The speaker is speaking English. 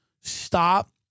Stop